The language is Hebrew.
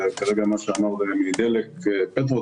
ומה שאמר כרגע נציג דלק פטרוטק